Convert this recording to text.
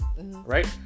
Right